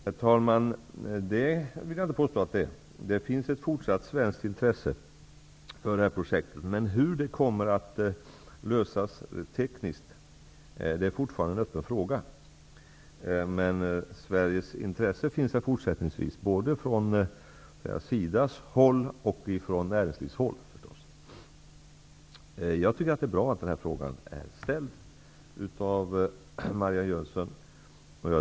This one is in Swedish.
Herr talman! Det vill jag inte påstå. Det finns ett fortsatt svenskt intresse för detta projekt. Men hur det kommer att lösas tekniskt är fortfarande en öppen fråga. Ett svenskt intresse finns både från SIDA och från näringslivet. Det är bra att Marianne Jönsson har ställt denna fråga.